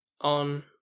on